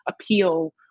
appeal